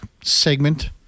segment